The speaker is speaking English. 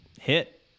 hit